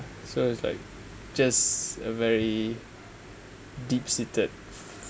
so it's like just a very deep seated